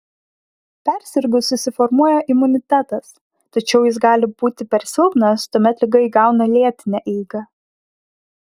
persirgus susiformuoja imunitetas tačiau jis gali būti per silpnas tuomet liga įgauna lėtinę eigą